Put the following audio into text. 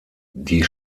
die